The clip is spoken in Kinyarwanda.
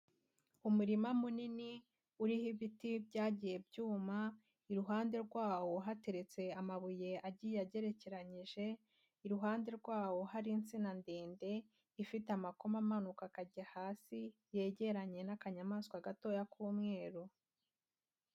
Umurima munini urimo ibiti byagiye byuma, iruhande rwawo hateretse amabuye agiye agerekeranyije, iruhande rwawo hari insina ndende ifite amakoma amanuka akajya hasi yegeranye n'akanyamaswa gatoya k'umweru.